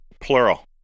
plural